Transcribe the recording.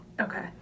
Okay